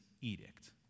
edict